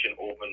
open